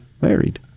married